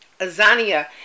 Azania